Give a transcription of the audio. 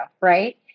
right